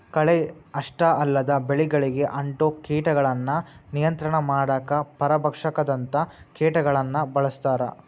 ಕಳೆ ಅಷ್ಟ ಅಲ್ಲದ ಬೆಳಿಗಳಿಗೆ ಅಂಟೊ ಕೇಟಗಳನ್ನ ನಿಯಂತ್ರಣ ಮಾಡಾಕ ಪರಭಕ್ಷಕದಂತ ಕೇಟಗಳನ್ನ ಬಳಸ್ತಾರ